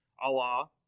Allah